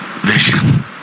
Vision